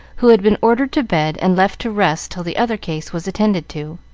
who had been ordered to bed and left to rest till the other case was attended to.